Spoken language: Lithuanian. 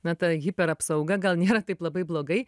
na ta hiperapsauga gal nėra taip labai blogai